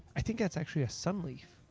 i think that is actually a sun leaf.